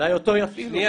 אולי אותו יפעילו.